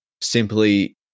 simply